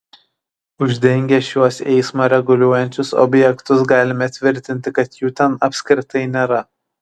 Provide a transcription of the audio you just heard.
uždengę šiuos eismą reguliuojančius objektus galime tvirtinti kad jų ten apskritai nėra